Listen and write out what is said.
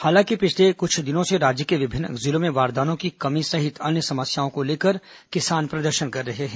हालांकि पिछले कुछ दिनों से राज्य के विभिन्न जिलों में बारदानों की कमी सहित अन्य समस्याओं को लेकर किसान प्रदर्शन कर रहे हैं